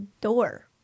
door